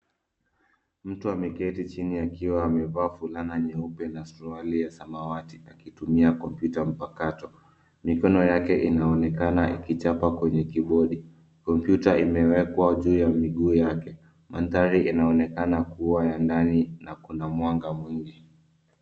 Mtu ameketi chini akiwa amevaa fulana nyeupe na suruali ya samawati akitumia kompyuta mpakato. Mkono yake inaonekana yakichapa kwenye kibodi. Kompyuta imewekwa juu ya miguu yake. Mandhari inaonekana kuwa ya ndani na kuna mwanga mwingi.